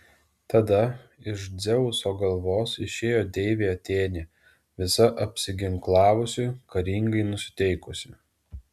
tada iš dzeuso galvos išėjo deivė atėnė visa apsiginklavusi karingai nusiteikusi